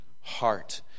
heart